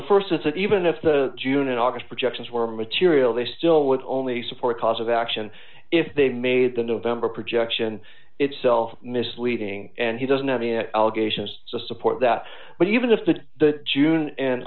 that even if the june and august projections were material they still would only support cause of action if they made the november projection itself misleading and he doesn't have any allegations to support that but even if that the june and